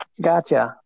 Gotcha